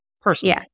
personally